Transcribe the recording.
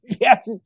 Yes